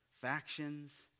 factions